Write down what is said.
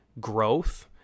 growth